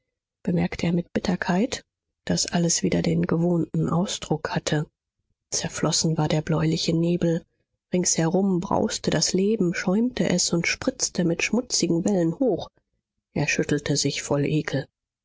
bemerkte er mit bitterkeit daß alles wieder den gewohnten ausdruck hatte zerflossen war der bläuliche nebel ringsherum brauste das leben schäumte es und spritzte mit schmutzigen wellen hoch er schüttelte sich voll ekel